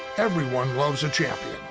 everyone loves a champion.